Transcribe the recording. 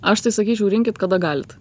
aš tai sakyčiau rinkit kada galit